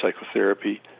psychotherapy